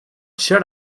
should